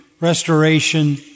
restoration